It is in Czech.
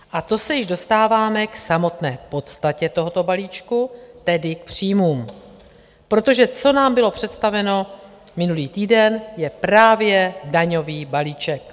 A to se již dostáváme k samotné podstatě tohoto balíčku, tedy k příjmům, protože co nám bylo představeno minulý týden, je právě daňový balíček.